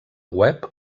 web